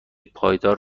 پایدار